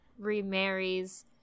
remarries